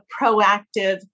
proactive